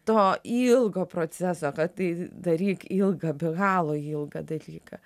to ilgo proceso kad tai darykilgą be galo ilgą dalyką